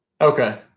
Okay